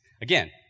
again